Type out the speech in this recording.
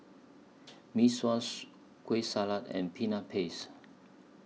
Mee Sua's Kueh Salat and Peanut Paste